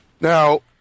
Now